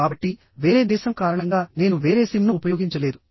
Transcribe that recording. కాబట్టి వేరే దేశం కారణంగా నేను వేరే సిమ్ను ఉపయోగించలేదు